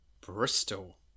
Bristol